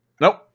Nope